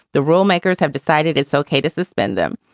the rule makers have decided it's ok to suspend them.